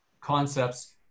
concepts